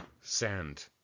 send